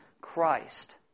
Christ